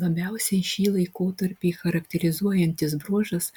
labiausiai šį laikotarpį charakterizuojantis bruožas